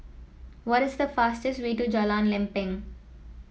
what is the fastest way to Jalan Lempeng